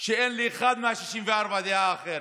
שאין לאחד מה-64 דעה אחרת.